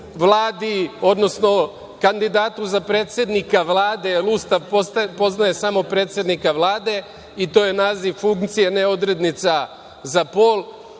odnosno kandidatu za predsednika Vlade, jer Ustav poznaje samo predsednika Vlade, i to je naziv funkcije, a ne odrednica za pol.